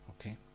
Okay